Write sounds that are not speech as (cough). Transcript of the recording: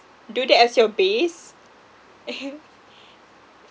do that as your base (laughs)